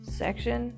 section